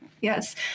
Yes